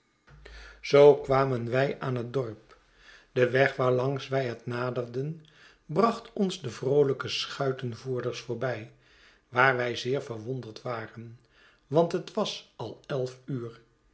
zoo kwam en wij aan het dorp deweg waarlangs wij het naderden bracht ons de vroolijke schuitenvoerders voorbij waar wij zeer verwonderd waren want het was al elf uur